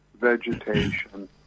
vegetation